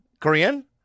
Korean